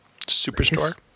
Superstore